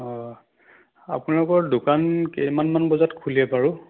অঁ আপোনালোকৰ দোকান কেইমান মান বজাত খোলে বাৰু